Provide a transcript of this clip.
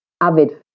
avid